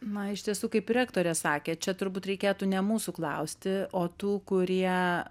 na iš tiesų kaip ir rektorė sakė čia turbūt reikėtų ne mūsų klausti o tų kurie